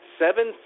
seven